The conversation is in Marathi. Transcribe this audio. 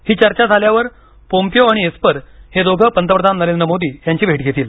ही चर्चा झाल्यावर पोम्पिओ आणि एस्पर हे दोघं पंतप्रधान नरेंद्र मोदी यांची भेट घेतील